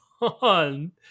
on